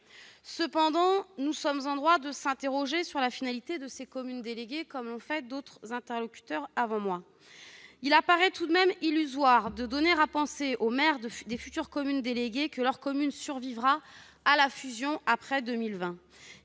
Cependant, nous sommes en droit de nous interroger sur la finalité de ces communes déléguées, comme l'ont fait d'autres interlocuteurs avant moi. Il paraît tout de même illusoire de donner à penser aux maires des futures communes déléguées que leur commune survivra à la fusion après 2020.